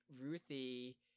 Ruthie